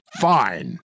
fine